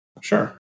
Sure